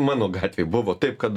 mano gatvėj buvo taip kad